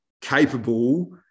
capable